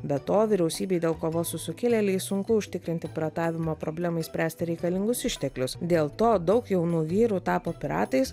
be to vyriausybei dėl kovos su sukilėliais sunku užtikrinti piratavimo problemai spręsti reikalingus išteklius dėl to daug jaunų vyrų tapo piratais